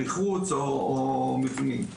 מחוץ או מבפנים.